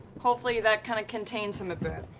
hopefully that kind of contains him a bit.